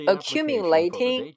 Accumulating